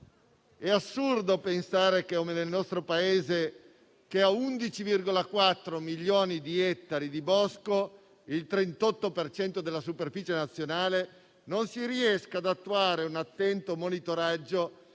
È assurdo pensare come nel nostro Paese, che ha 11,4 milioni di ettari di bosco, il 38 per cento della superficie nazionale, non si riesca ad attuare un attento monitoraggio